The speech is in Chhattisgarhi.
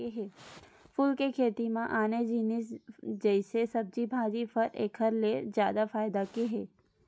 फूल के खेती म आने जिनिस जइसे सब्जी भाजी, फर एखर ले जादा फायदा के हे